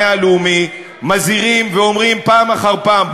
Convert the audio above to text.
הלאומי מזהירים ואומרים פעם אחר פעם,